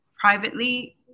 privately